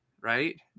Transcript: right